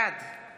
בעד